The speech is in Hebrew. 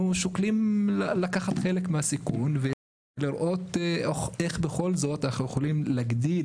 אנחנו שוקלים לקחת חלק מהסיכון ולראות איך בכל זאת אנחנו יכולים לייעל